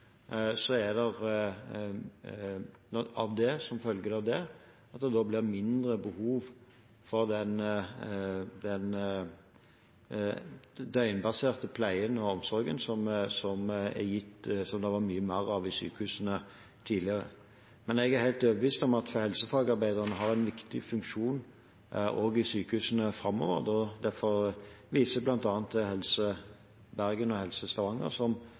det av det at det da blir mindre behov for den døgnbaserte pleien og omsorgen, som det var mye mer av i sykehusene tidligere. Men jeg er helt overbevist om at helsefagarbeiderne vil ha en viktig funksjon i sykehusene også framover. Derfor viser jeg bl.a. til Helse Bergen og Helse Stavanger,